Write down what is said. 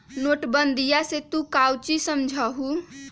नोटबंदीया से तू काउची समझा हुँ?